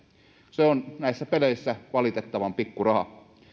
se on näissä peleissä valitettavan pikku raha